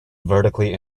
vertically